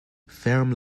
ferme